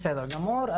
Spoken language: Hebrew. בסדר גמור.